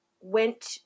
went